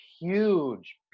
huge